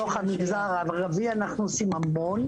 בתוך המגזר הערבי אנחנו עושים המון.